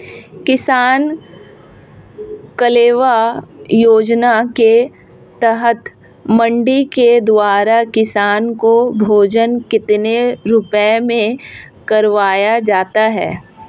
किसान कलेवा योजना के तहत मंडी के द्वारा किसान को भोजन कितने रुपए में करवाया जाता है?